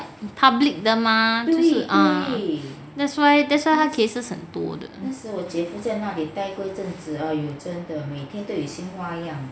public 的 mah 就是 that's why that's why 她 cases 很多的